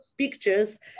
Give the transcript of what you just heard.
pictures